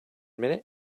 minute